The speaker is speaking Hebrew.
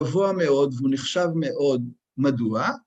קבוע מאוד והוא נחשב מאוד, מדוע?